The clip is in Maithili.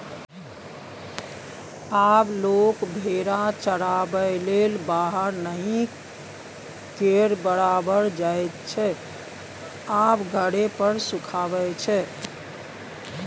आब लोक भेरा चराबैलेल बाहर नहि केर बराबर जाइत छै आब घरे पर खुआबै छै